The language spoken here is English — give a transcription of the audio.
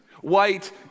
white